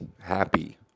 happy